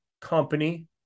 company